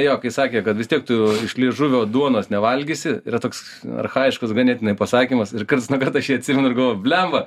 jo kai sakė kad vis tiek tu iš liežuvio duonos nevalgysi yra toks archajiškas ganėtinai pasakymas ir karts nuo karto aš jį atsimenu ir galvoju bliamba